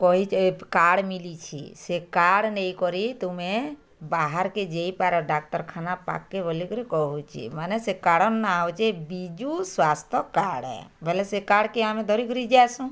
କହିଚେ card ମିଲିଛି ସେ card ନେଇ କରି ତୁମେ ବାହାରକେ ଯେଇପାର ଡାକ୍ତରଖାନା ପାଖକେ ବୋଲିକିରି କହୁଚି ମାନେ ସେ କାର୍ଡ଼ର ନାଆଁ ହଉଚି ବିଜୁ ସ୍ବାସ୍ଥ୍ୟ କାର୍ଡ଼ ବୋଇଲେ ସେ କାର୍ଡ଼କେ ଆମେ ଧରିକରି ଯାଇସୁଁ